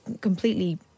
completely